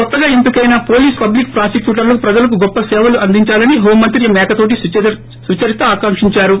కొత్తగా ఎంపికైన police public పాసిక్యూటర్లు ప్రజలకు గొప్ప సేవలు అందించాలని హోం మంత్రి మేకతోటి సుచరిత ఆకాంకించారు